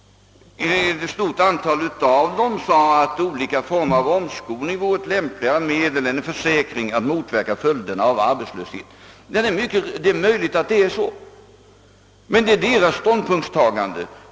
Ett stort antal av dem sade att olika former av omskolning vore ett lämpligare medel än en försäkring att motverka följderna av arbetslöshet. Det var deras ståndpunktstagande då.